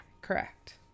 Correct